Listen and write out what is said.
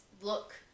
look